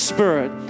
Spirit